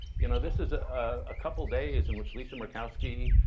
you know this is a ah couple days in which lisa murkowski,